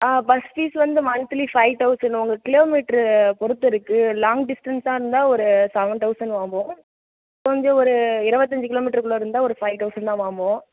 bus fees வந்து monthly five thousand உங்களுக்கு kilometre பொறுத்துருக்கு லாங் டிஸ்ட்டன்ஸாக இருந்தா ஒரு செவன் தௌசண்ட் ஆகும் கொஞ்சம் ஒரு இருபத்தஞ்சு கிலோ மீட்டருக்குள்ளே இருந்தால் ஒரு ஃபைவ் தௌசண்ட் தான் வாங்குவோம்